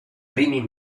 primi